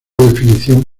definición